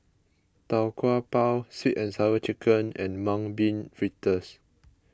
Tau Kwa Pau Sweet and Sour Chicken and Mung Bean Fritters